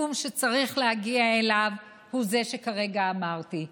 הסיכום שצריך להגיע אליו הוא זה שכרגע אמרתי,